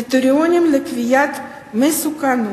הקריטריונים לקביעת מסוכנות,